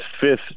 fifth